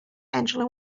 angela